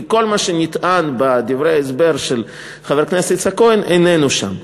כי כל מה שנטען בדברי ההסבר של חבר הכנסת יצחק כהן איננו שם.